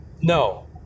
no